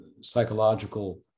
psychological